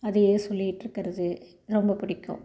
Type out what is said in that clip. அதையே சொல்லிட்டுருக்குறது ரொம்ப பிடிக்கும்